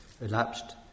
elapsed